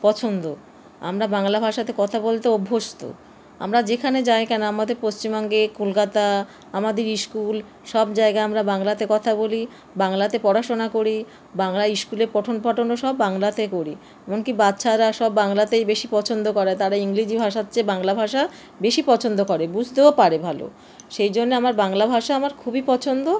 পছন্দ আমরা বাংলা ভাষাতে কথা বলতে অভ্যস্ত আমরা যেখানে যাই কেন আমাদের পশ্চিমবঙ্গে কলকাতা আমাদের স্কুল সব জায়গায় আমরা বাংলাতে কথা বলি বাংলাতে পড়াশোনা করি বাংলা ইস্কুলে পঠনপাঠনও সব বাংলাতে করি এমন কি বাচ্চারা সব বাংলাতেই বেশি পছন্দ করে তারা ইংরেজি ভাষার চেয়ে বাংলা ভাষা বেশি পছন্দ করে বুঝতেও পারে ভালো সেই জন্যে আমার বাংলা ভাষা আমার খুবই পছন্দ